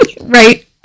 Right